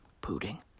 pudding